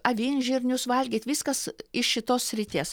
avinžirnius valgyt viskas iš šitos srities